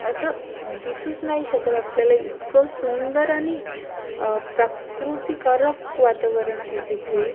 असं दिसूच नाही शकत आपल्याला इतकं सुंदर आणि प्राकृतिकारक वातावरण आहे तिथे